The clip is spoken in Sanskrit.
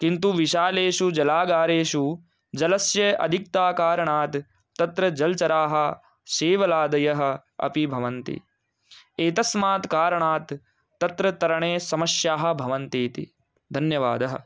किन्तु विशालेषु जलागारेषु जलस्य अधिकता कारणात् तत्र जलचराः शैवलादयः अपि भवन्ति एतस्मात् कारणात् तत्र तरणे समस्याः भवन्ति इति धन्यवादः